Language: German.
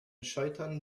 scheitern